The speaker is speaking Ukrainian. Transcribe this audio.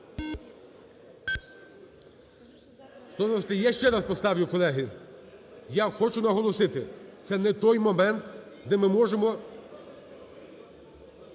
Я ще раз поставлю, колеги. Я хочу наголосити: це не той момент, де ми можемо